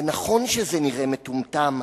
נכון שזה נראה מטומטם,